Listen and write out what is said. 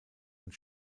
und